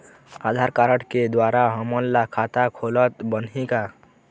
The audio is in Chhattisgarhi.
आधार कारड के द्वारा हमन ला खाता खोलत बनही का?